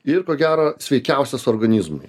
ir ko gero sveikiausias organizmui